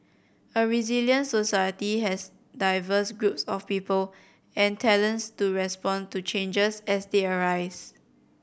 a resilient society has diverse groups of people and talents to respond to changes as they arise